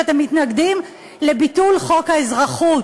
שאתם מתנגדים לביטול חוק האזרחות,